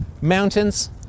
mountains